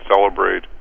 celebrate